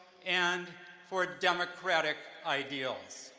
and for democratic ideals.